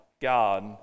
God